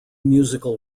musical